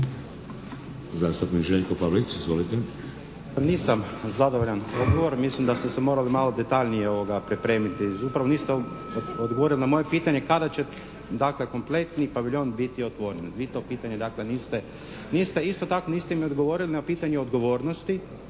**Pavlic, Željko (MDS)** Pa nisam zadovoljan odgovorom. Mislim da ste se morali malo detaljnije pripremiti. Zapravo niste odgovorili na moje pitanje kada će dakle kompletni paviljon biti otvoren. Vi to pitanje dakle niste. Isto tako niste mi odgovorili na pitanje odgovornosti